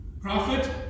prophet